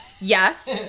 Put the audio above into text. Yes